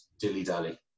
dilly-dally